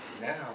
now